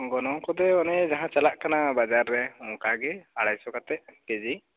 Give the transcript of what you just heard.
ᱜᱚᱱᱚᱝ ᱠᱚᱫᱚ ᱚᱱᱮ ᱡᱟᱦᱟᱸ ᱪᱟᱞᱟᱜ ᱠᱟᱱᱟ ᱵᱟᱡᱟᱨ ᱨᱮ ᱚᱱᱠᱟ ᱜᱮ ᱟᱲᱟᱭ ᱥᱚ ᱠᱟᱛᱮᱫ ᱠᱮᱡᱤ